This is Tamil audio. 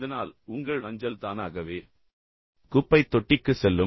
இதனால் உங்கள் அஞ்சல் தானாகவே குப்பைத் தொட்டிக்குச் செல்லும்